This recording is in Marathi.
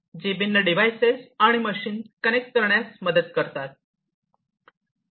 जी भिन्न डिव्हाइसेस आणि मशीन्स कनेक्ट करण्यात मदत करतात